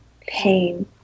pain